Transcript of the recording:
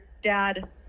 dad